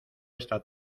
esta